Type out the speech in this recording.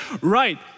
right